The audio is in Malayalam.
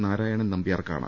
നാരായണൻ നമ്പ്യാർക്കാണ്